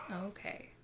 Okay